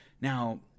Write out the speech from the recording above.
Now